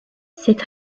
cette